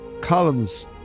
Collins